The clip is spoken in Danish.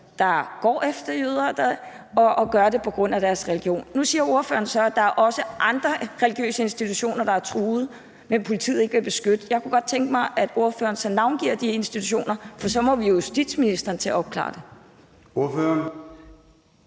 der går efter jøder og gør det på grund af deres religion. Nu siger ordføreren så, at der også er andre religiøse grupper og institutioner, der er truet, og som politiet ikke vil beskytte. Jeg kunne godt tænke mig, at ordføreren så ville navngive de institutioner, for så må vi jo få justitsministeren til at opklare det.